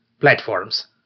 platforms